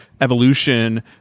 evolution